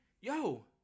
Yo